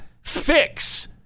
fix